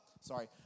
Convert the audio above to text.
Sorry